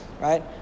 right